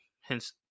Hence